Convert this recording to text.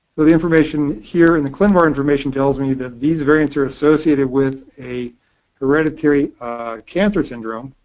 the the information here in the clinvar information tells me that these variants are associated with a hereditary cancer syndrome,